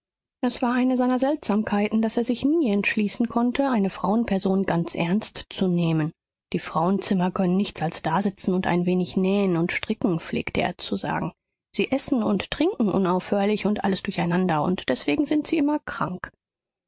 es war eine seiner seltsamkeiten daß er sich nie entschließen konnte eine frauensperson ganz ernst zu nehmen frauenzimmer können nichts als dasitzen und ein wenig nähen oder stricken pflegte er zu sagen sie essen und trinken unaufhörlich und alles durcheinander und deswegen sind sie immer krank